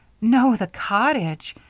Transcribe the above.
no, the cottage,